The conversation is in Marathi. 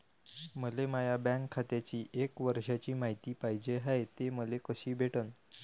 मले माया बँक खात्याची एक वर्षाची मायती पाहिजे हाय, ते मले कसी भेटनं?